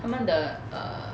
他们的 err